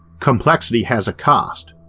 complexity has a cost,